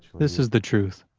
this is the truth.